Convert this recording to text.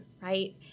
right